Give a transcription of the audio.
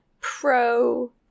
pro